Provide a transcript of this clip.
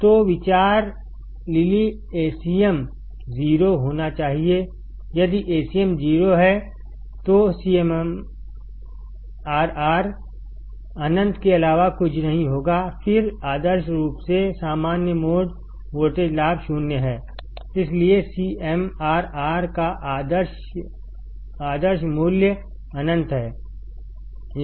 तो विचारलिली Acm0 होना चाहिएयदिAcm0 है तो CMRR अनंत के अलावा कुछ नहीं होगाफिर आदर्श रूप से सामान्य मोड वोल्टेज लाभ 0 हैइसलिए CMRR का आदर्श मूल्य अनंत है